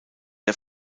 der